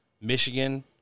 Michigan